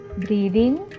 Breathing